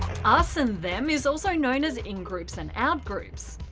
us and them is also known as ingroups and outgroups.